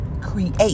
create